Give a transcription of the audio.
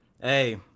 hey